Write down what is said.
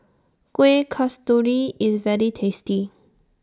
Kueh Kasturi IS very tasty